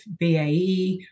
BAE